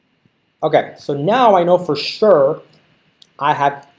okay, so now i know for sure i have.